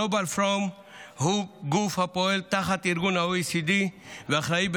Global Forum הוא גוף הפועל תחת ארגון OECD ואחראי,